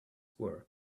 were